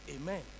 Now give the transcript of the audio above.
Amen